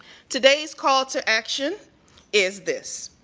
today's call to action is this.